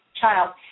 child